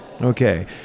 Okay